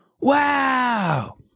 Wow